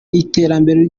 iterambere